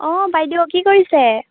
অঁ বাইদেউ কি কৰিছে